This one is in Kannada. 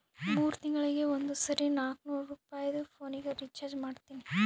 ಮೂರ್ ತಿಂಗಳಿಗ ಒಂದ್ ಸರಿ ನಾಕ್ನೂರ್ ರುಪಾಯಿದು ಪೋನಿಗ ರೀಚಾರ್ಜ್ ಮಾಡ್ತೀನಿ